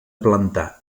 plantar